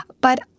But